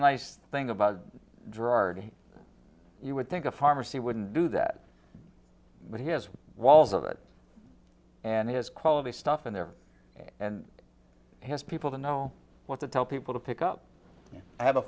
nice thing about drawer r d you would think a pharmacy wouldn't do that but he has walls of it and he has quality stuff in there and his people to know what to tell people to pick up you have a